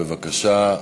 בבקשה,